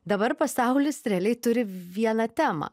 dabar pasaulis realiai turi vieną temą